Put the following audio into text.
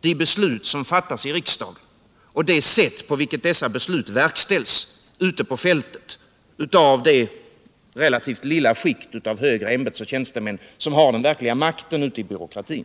de beslut som fattas i riksdagen och å andra sidan det sätt på vilket dessa beslut verkställs ute på fältet av det relativt lilla skikt av högre ämbetsoch tjänstemän som har den verkliga makten i byråkratin.